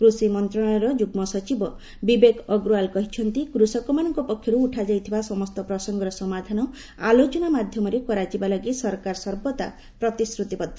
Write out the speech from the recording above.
କୃଷି ମନ୍ତ୍ରଣାଳୟର ଯୁଗ୍ମ ସଚିବ ବିବେକ ଅଗ୍ରୱାଲ୍ କହିଛନ୍ତି କୃଷକମାନଙ୍କ ପକ୍ଷରୁ ଉଠାଯାଇଥିବା ସମସ୍ତ ପ୍ରସଙ୍ଗର ସମାଧାନ ଆଲୋଚନା ମାଧ୍ୟମରେ କରାଯିବା ଲାଗି ସରକାର ସର୍ବଦା ପ୍ରତିଶ୍ରୁତିବଦ୍ଧ